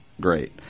great